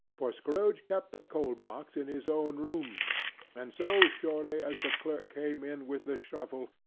for scrooge kept the coal-box in his own room and so surely as the clerk came in with the shovel,